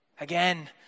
Again